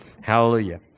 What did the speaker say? Hallelujah